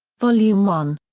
vol. yeah um one.